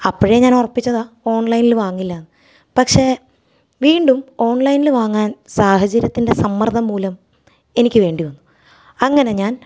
അപ്പോഴേ ഞാൻ ഉറപ്പിച്ചതാണ് ഓൺലൈനിൽ വാങ്ങില്ല എന്ന് പക്ഷേ വീണ്ടും ഓൺലൈനില് വാങ്ങാൻ സാഹചര്യത്തിൻ്റെ സമ്മർദ്ദം മൂലം എനിക്ക് വേണ്ടിവന്നു അങ്ങനെ ഞാൻ